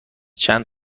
چند